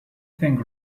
think